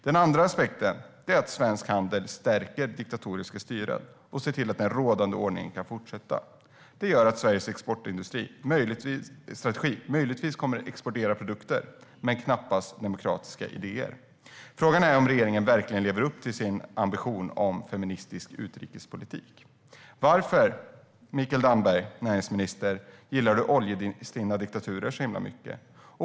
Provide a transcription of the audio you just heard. Den andra aspekten är att svensk handel stärker diktatoriska styren och ser till att den rådande ordningen kan fortsätta. Det gör att Sveriges exportstrategi möjligtvis gör att Sverige kommer att exportera produkter men knappast demokratiska idéer. Frågan är om regeringen verkligen lever upp till sin ambition om feministisk utrikespolitik. Varför, näringsminister Mikael Damberg, gillar du oljestinna diktaturer så mycket?